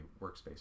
workspace